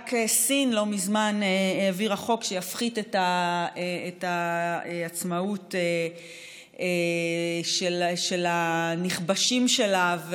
סין רק לא מזמן העבירה חוק שיפחית את העצמאות של הנכבשים שלה,